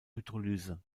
hydrolyse